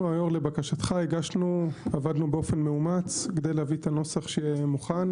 אנחנו היום לבקשתך עבדנו באופן מאומץ כדי להביא את הנוסח שמוכן.